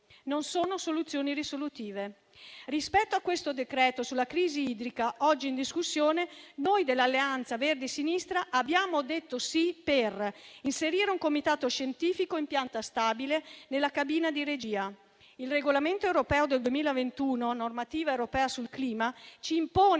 Non sono soluzioni risolutive. Rispetto a questo decreto sulla crisi idrica oggi in discussione noi dell'Alleanza Verdi e Sinistra abbiamo detto sì all'inserimento di un comitato scientifico in pianta stabile nella cabina di regia. Il Regolamento europeo del 2021 (normativa europea sul clima) ci impone